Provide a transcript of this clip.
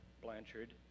Blanchard